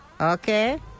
Okay